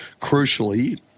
crucially